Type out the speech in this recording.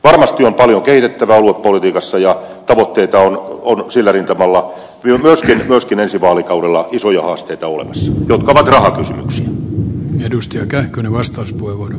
varmasti on paljon kehitettävää aluepolitiikassa ja tavoitteita on sillä rintamalla myöskin ensi vaalikaudella isoja haasteita olemassa jotka ovat rahakysymyksiä